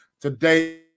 Today